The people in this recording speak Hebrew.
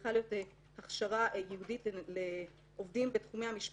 צריכה להיות הכשרה ייעודית לעובדים בתחומי המשפט,